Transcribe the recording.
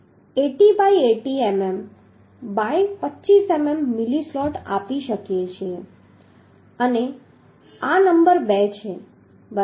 તેથી આપણે 80 by 80 mm by 25 mm slot આપી શકીએ છીએ અને આ નંબર બે છે બરાબર